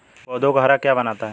पौधों को हरा क्या बनाता है?